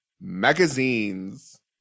magazines